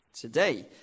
today